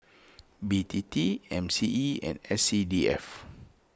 B T T M C E and S C D F